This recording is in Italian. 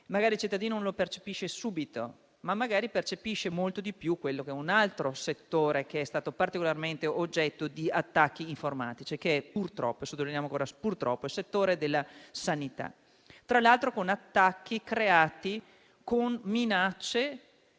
magari i cittadini non lo percepiscono subito, ma percepiscono molto di più quello che è un altro settore che è stato particolarmente oggetto di attacchi informatici, che purtroppo è il settore della sanità, tra l'altro con attacchi e minacce